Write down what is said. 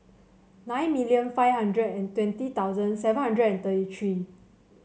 nine million five hundred and twenty thousand seven hundred and thirty three